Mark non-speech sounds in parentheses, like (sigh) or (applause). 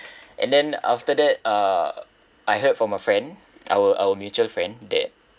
(breath) and then after that uh I heard from a friend our our mutual friend that